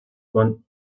von